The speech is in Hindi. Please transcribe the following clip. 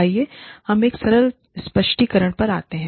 आइए हम एक सरल स्पष्टीकरण पर आते हैं